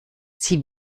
sie